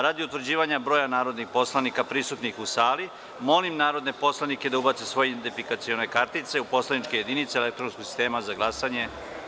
Radi utvrđivanja broja narodnih poslanika prisutnih u sali, molim narodne poslanike da ubace svoje identifikacione kartice u poslaničke jedinice elektronskog sistema za glasanje.